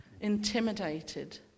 intimidated